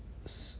s~